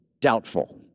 doubtful